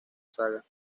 saga